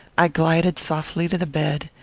i glided softly to the bed,